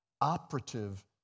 operative